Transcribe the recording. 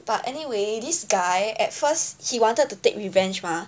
but anyway this guy at first he wanted to take revenge mah